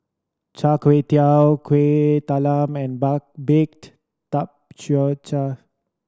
Char Kway Teow Kuih Talam and baked